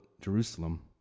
Jerusalem